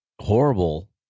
horrible